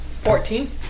Fourteen